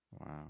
Wow